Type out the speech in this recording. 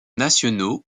nationaux